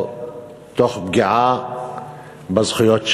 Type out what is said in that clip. או תוך פגיעה בזכויות שלהם.